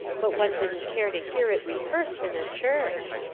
but one didn't care to hear it rehearsed in a church.